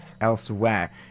elsewhere